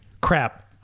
crap